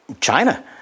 China